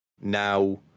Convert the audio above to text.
now